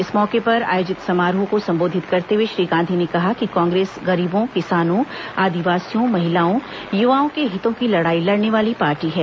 इस मौके पर आयोजित समारोह को संबोधित करते हुए श्री गांधी ने कहा कि कांग्रेस गरीबों किसानों आदिवासियों महिलाओं युवाओं के हितों की लड़ाई लड़ने वाली पार्टी है